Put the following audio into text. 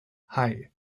hei